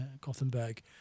Gothenburg